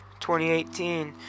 2018